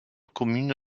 commune